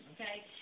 Okay